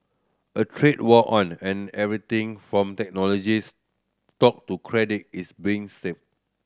a trade war on and everything from technology stock to credit is being strafed